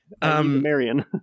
Marion